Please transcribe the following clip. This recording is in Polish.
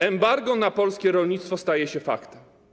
Embargo na polskie rolnictwo staje się faktem.